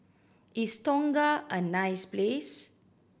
is Tonga a nice place